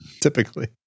typically